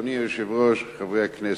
אדוני היושב-ראש, חברי הכנסת,